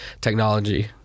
technology